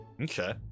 Okay